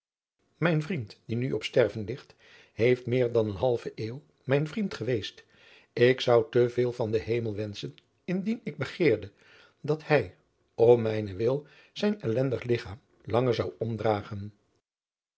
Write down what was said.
mijn vriend die nu op sterven ligt heeft meer dan eene halve eeuw mijn vriend geweest ik zou te veel van den hemel wenschen indien ik begeerde dat hij om mijnen wil zijn ellendig ligchaam langer zou omdragen